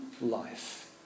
life